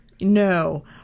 No